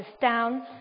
down